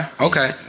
okay